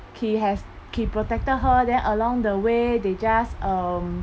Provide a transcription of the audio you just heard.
he has he protected her then along the way they just um